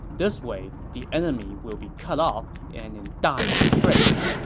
this way, the enemy will be cut off and in dire straits.